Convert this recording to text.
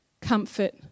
comfort